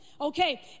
Okay